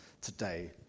today